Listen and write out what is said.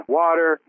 water